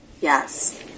yes